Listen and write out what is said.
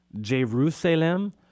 Jerusalem